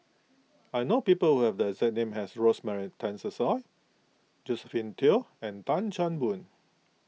I know people who have the exact name as Rosemary Tessensohn Josephine Teo and Tan Chan Boon